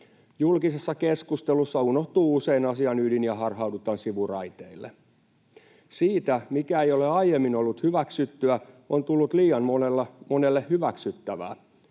Julkisessa keskustelussa unohtuu usein asian ydin ja harhaudutaan sivuraiteille. Siitä, mikä ei ole aiemmin ollut hyväksyttyä, on tullut liian monelle hyväksyttävää.